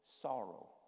sorrow